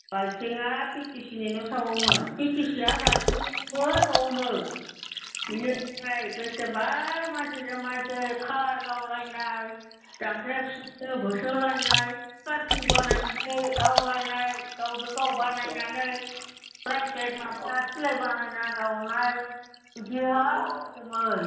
बालथिंआ पिटिसिनि न सावोमोन पिटिसिआ बाथिंनि नखौ सावोमोन बेनिफ्राय बेसेबा मानसिजों मानसि खार गावलायनाय दानख्रेब सुख्रेब होसोलायनाय कार्फिउ बानायनानै गावलायनाय गावजों गाव बानायनानै फ्राइभेत माबा सिलाइ बानायना गावनाय बिदिहाय जादोंमोन